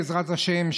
בעזרת השם,